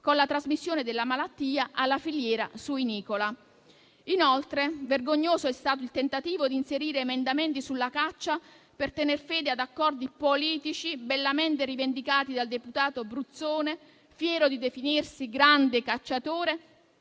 con la trasmissione della malattia alla filiera suinicola. Inoltre vergognoso è stato il tentativo di inserire emendamenti sulla caccia per tener fede ad accordi politici bellamente rivendicati dal deputato Bruzzone, fiero di definirsi grande cacciatore